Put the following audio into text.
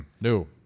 No